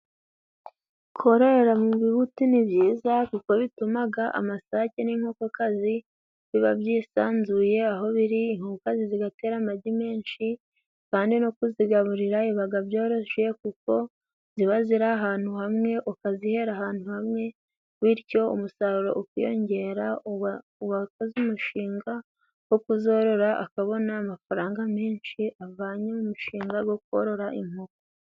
kororera mu bibuti ni byiza kuko bitumaga amasake n'inkokokazi biba byisanzuye aho biri. Inkokokazi zigatera amagi menshi kandi no kuzigaburira bibaga byoroshye, kuko ziba ziri ahantu hamwe ukazihera ahantu hamwe, bityo umusaruro ukiyongera. Uwakoze umushinga wo kuzorora akabona amafaranga menshi avanye mu mushinga go korora inkoko.